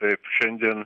taip šiandien